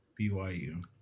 BYU